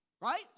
Right